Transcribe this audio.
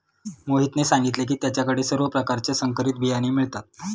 मोहितने सांगितले की त्याच्या कडे सर्व प्रकारचे संकरित बियाणे मिळतात